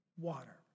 water